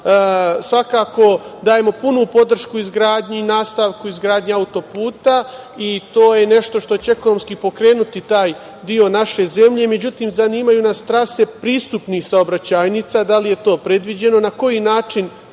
Svakako dajemo punu podršku izgradnji, nastavku izgradnje autoputa i to je nešto što će ekonomski pokrenuti taj deo naše zemlje. Zanimaju nas trase pristupnih saobraćajnica - da li je to predviđeno, na koji način